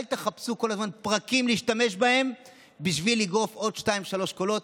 אל תחפשו כל הזמן פרקים להשתמש בהם בשביל לגרוף עוד שניים-שלושה קולות,